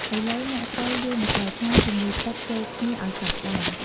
ឥឡូវ អ្នកត្រូវលាយម្សៅឆាជាមួយទឹកចូលគ្នាឲ្យសព្វដែរ។